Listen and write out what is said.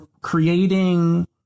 creating